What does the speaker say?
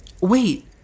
Wait